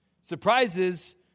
Surprises